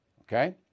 Okay